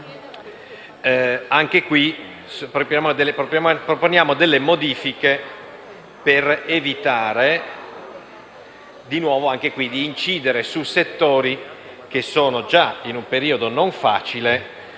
1.33 proponiamo delle modifiche per evitare di incidere su settori che già si trovano in un periodo non facile